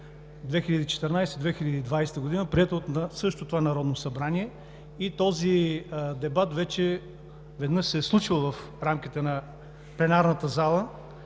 2014 – 2020 г., приета от същото това Народно събрание. Този дебат вече веднъж се е случвал в рамките на пленарната зала.